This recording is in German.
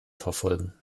verfolgen